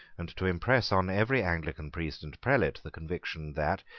and to impress on every anglican priest and prelate the conviction that,